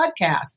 podcast